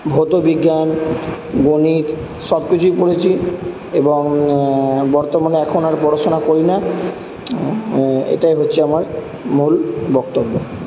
ভৌত বিজ্ঞান গণিত সব কিছুই পড়েছি এবং বর্তমানে এখন আর পড়াশোনা করি না এটাই হচ্ছে আমার মূল বক্তব্য